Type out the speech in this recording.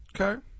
Okay